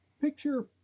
picture